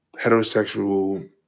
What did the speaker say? heterosexual